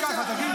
תקרא לי